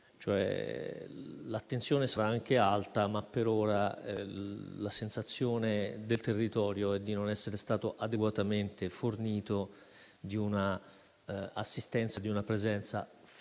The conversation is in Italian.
L'attenzione sarà anche alta, ma per ora la sensazione del territorio è di non essere stato adeguatamente fornito di un'assistenza e di una